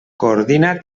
coordina